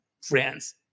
friends